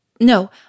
No